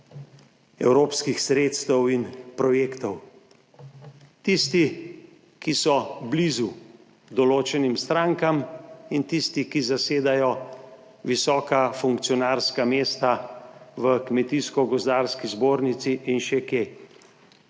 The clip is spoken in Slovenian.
evropskih sredstev in projektov? Tisti, ki so blizu določenim strankam, in tisti, ki zasedajo visoka funkcionarska mesta v Kmetijsko gozdarski zbornici in še kje,